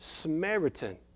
Samaritan